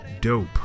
dope